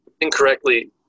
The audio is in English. incorrectly